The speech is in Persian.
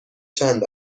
چند